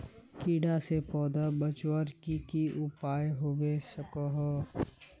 कीड़ा से पौधा बचवार की की उपाय होबे सकोहो होबे?